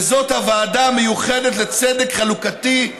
וזאת הוועדה המיוחדת לצדק חלוקתי,